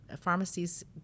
pharmacies